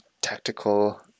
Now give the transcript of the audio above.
tactical